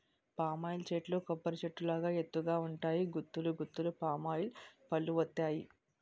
palm oil చెట్లు కొబ్బరి చెట్టు లాగా ఎత్తు గ ఉంటాయి గుత్తులు గుత్తులు పామాయిల్ పల్లువత్తాయి